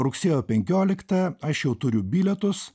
rugsėjo penkioliktą aš jau turiu bilietus